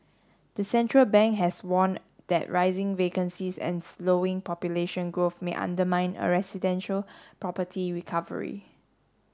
the central bank has warned that rising vacancies and slowing population growth may undermine a residential property recovery